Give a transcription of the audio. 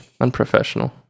Unprofessional